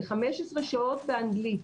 ל-15 שעות באנגלית.